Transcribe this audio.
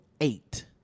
eight